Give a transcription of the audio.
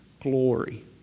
glory